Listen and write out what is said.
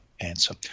answer